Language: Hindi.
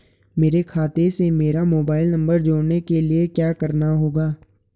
मेरे खाते से मेरा मोबाइल नम्बर जोड़ने के लिये क्या करना होगा?